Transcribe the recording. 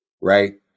Right